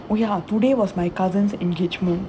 oh ya today was my cousin's engagement